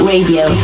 Radio